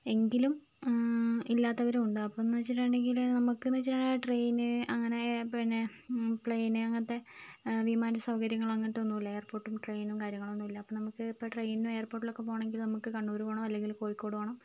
എങ്കിലും ഇല്ലാത്തവരും ഉണ്ട് അപ്പോഴെന്ന് വെച്ചിട്ടുണ്ടെങ്കിൽ നമുക്കൊന്നു വെച്ചിട്ടുണ്ടെങ്കിൽ ട്രെയിൻ അങ്ങനേ പിന്നേ പ്ലെയിൻ അങ്ങനത്തേ വിമാന സൗകര്യങ്ങൾ അങ്ങനത്തേ ഒന്നുമില്ലാ എയർപോർട്ടും ട്രെയിനും കാര്യങ്ങളൊന്നും ഇല്ലാ അപ്പോൾ നമുക്ക് ട്രെയിൻ എയർപോർട്ടിൽ ഒക്കേ പോകണമെങ്കിൽ നമുക്ക് കണ്ണൂർ പോകണം അല്ലെങ്കിൽ കോഴിക്കോട് പോകണം